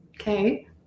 Okay